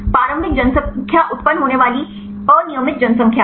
प्रारंभिक जनसंख्या उत्पन्न होने वाली यादृच्छिक अनियमित randomly जनसंख्या है